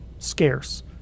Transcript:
scarce